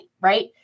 right